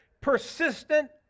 Persistent